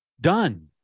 Done